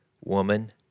woman